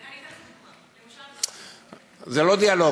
אתן דוגמה: למשל, זה לא דיאלוג.